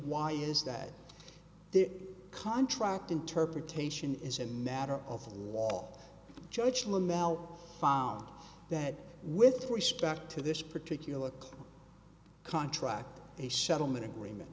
why is that the contract interpretation is a matter of the law judge lamell found that with respect to this particular contract a settlement agreement